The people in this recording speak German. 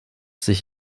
sich